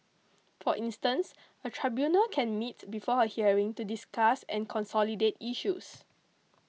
for instance a tribunal can meet before a hearing to discuss and consolidate issues